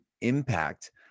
impact